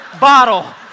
bottle